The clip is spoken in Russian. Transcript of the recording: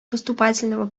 поступательного